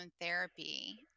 therapy